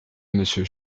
monsieur